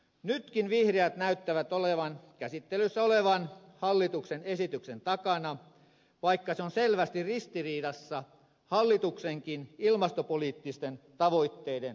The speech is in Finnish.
nytkin vihreät näyttävät olevan käsittelyssä olevan hallituksen esityksen takana vaikka se on selvästi ristiriidassa hallituksenkin ilmastopoliittisten tavoitteiden kanssa